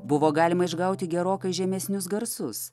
buvo galima išgauti gerokai žemesnius garsus